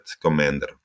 commander